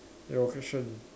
ya 我可以 show 你